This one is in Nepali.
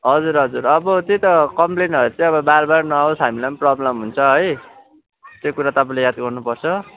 हजुर हजुर अब त्यही त कम्प्लेनहरू चाहिँ अब बार बार नआओस् हामीलाई पनि प्रब्लम हुन्छ है त्यो कुरा तपाईँले याद गर्नुपर्छ